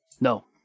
No